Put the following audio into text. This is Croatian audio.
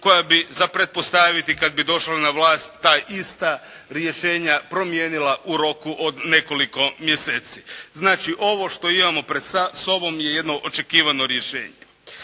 koja bi za pretpostaviti kada bi došla na vlast ta ista rješenja promijenila u roku od nekoliko mjeseci. Znači ovo što imamo pred sobom je jedno očekivano rješenje.